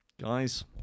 Guys